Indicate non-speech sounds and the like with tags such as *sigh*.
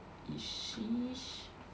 *noise*